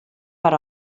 per